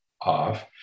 off